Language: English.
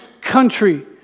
country